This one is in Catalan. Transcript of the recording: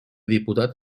diputat